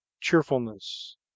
cheerfulness